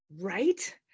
right